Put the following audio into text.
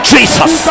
Jesus